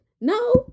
No